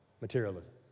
materialism